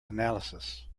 analysis